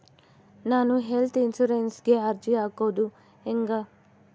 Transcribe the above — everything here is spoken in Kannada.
ನಾನು ಹೆಲ್ತ್ ಇನ್ಸುರೆನ್ಸಿಗೆ ಅರ್ಜಿ ಹಾಕದು ಹೆಂಗ?